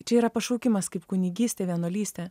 čia yra pašaukimas kaip kunigystė vienuolystė